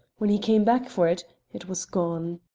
when he came back for it, it was gone.